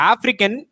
African